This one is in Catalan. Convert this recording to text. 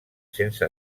sense